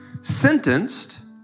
sentenced